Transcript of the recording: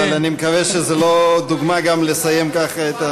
אבל אני מקווה שזו לא דוגמה לסיים ככה את,